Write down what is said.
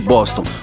Boston